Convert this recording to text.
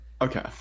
Okay